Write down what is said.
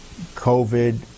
COVID